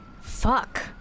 Fuck